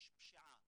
יש פשיעה,